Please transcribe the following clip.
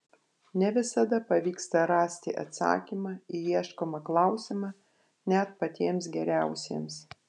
ne visada pavyksta rasti atsakymą į ieškomą klausimą net patiems geriausiems